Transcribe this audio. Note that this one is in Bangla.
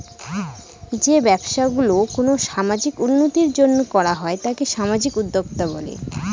যে ব্যবসা গুলো কোনো সামাজিক উন্নতির জন্য করা হয় তাকে সামাজিক উদ্যক্তা বলে